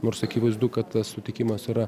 nors akivaizdu kad tas sutikimas yra